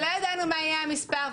אבל לא ידענו מה יהיה המספר.